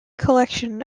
collection